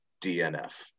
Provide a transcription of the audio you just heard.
DNF